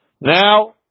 Now